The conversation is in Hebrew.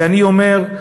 ואני אומר,